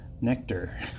nectar